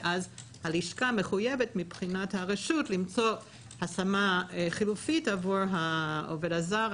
ואז הלשכה מחויבת מבחינת הרשות למצוא השמה חלופית עבור העובד הזר,